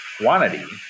quantity